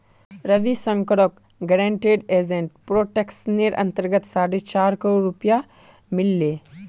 रविशंकरक guaranteed asset प्रोटेक्शनेर अंतर्गत साढ़े चार करोड़ रुपया मिल ले